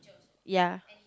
ya